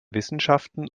wissenschaften